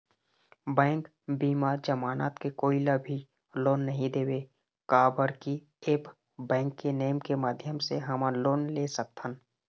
Bank बिना जमानत के कोई ला भी लोन नहीं देवे का बर की ऐप बैंक के नेम के माध्यम से हमन लोन ले सकथन?